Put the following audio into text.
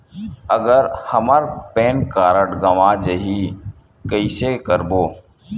अगर हमर pan card गवां जाही कइसे करबो?